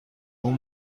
اون